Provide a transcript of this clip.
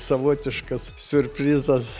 savotiškas siurprizas